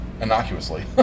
innocuously